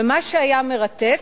ומה שהיה מרתק,